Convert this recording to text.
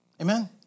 amen